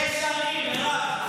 שש שנים, מירב.